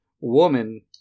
woman